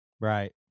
Right